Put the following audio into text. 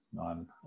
on